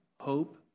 hope